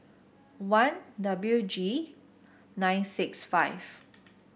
one W G nine six five